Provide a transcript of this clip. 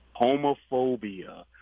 homophobia